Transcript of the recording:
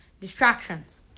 distractions